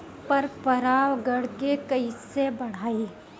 पर परा गण के कईसे बढ़ाई?